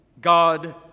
God